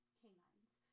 canines